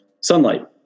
sunlight